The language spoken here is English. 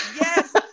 yes